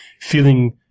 feeling